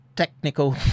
technical